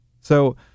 So-